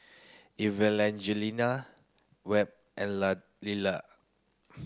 Evangelina Webb and Lillard